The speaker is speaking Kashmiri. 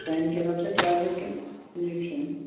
پین کِلر چھا ٹیبلِٹ کِنہٕ ٹھیٖک چھا